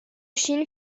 chine